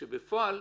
כשבפועל,